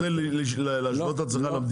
נכון, אתה רוצה להשוות את עצמך למדינה?